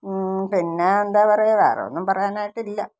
പിന്നെ എന്താപറയുക വേറെ ഒന്നും പറയാനായിട്ടില്ല